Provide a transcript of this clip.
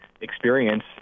experience